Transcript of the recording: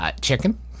Chicken